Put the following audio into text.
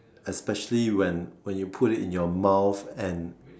especially when when you put it in your mouth and